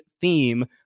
theme